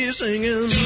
singing